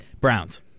Browns